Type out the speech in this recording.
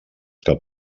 cap